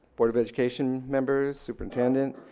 board of education members, superintendent,